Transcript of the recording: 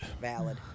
Valid